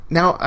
now